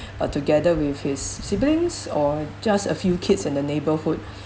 uh together with his siblings or just a few kids in the neighbourhood